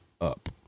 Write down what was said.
up